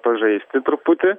pažaisti truputį